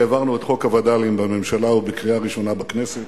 העברנו את חוק הווד"לים בממשלה ובקריאה ראשונה בכנסת.